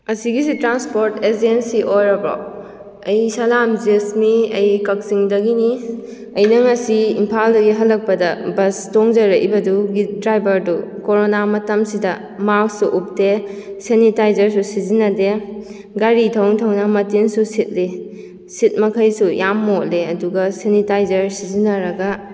ꯑꯁꯤꯒꯤꯁꯤ transport agency ꯑꯣꯏꯔꯕ꯭ꯔꯣ ꯑꯩ ꯁꯂꯥꯝ ꯖꯦꯁꯃꯤ ꯑꯩ ꯀꯛꯆꯤꯡꯗꯒꯤꯅꯤ ꯑꯩꯅ ꯉꯁꯤ ꯏꯝꯐꯥꯜꯗꯒꯤ ꯍꯜꯂꯛꯄꯗ ꯕꯁ ꯇꯣꯡꯖꯔꯛꯏꯕꯗꯨꯒꯤ ꯗ꯭ꯔꯥꯏꯚꯔꯑꯗꯨ ꯀꯣꯔꯣꯅꯥ ꯃꯇꯝꯁꯤꯗ ꯃꯥꯛꯁ ꯑꯨꯞꯇꯦ ꯁꯦꯅꯤꯇꯥꯏꯖꯔꯁꯨ ꯁꯤꯖꯟꯅꯗꯦ ꯒꯥꯔꯤ ꯊꯧꯅ ꯊꯧꯅ ꯃꯇꯤꯟꯁꯨ ꯁꯤꯠꯂꯤ ꯁꯤꯠ ꯃꯈꯩꯁꯨ ꯌꯥꯝ ꯃꯣꯠꯂꯤ ꯑꯗꯨꯒ ꯁꯦꯅꯤꯇꯥꯏꯖꯔ ꯁꯤꯖꯤꯟꯅꯔꯒ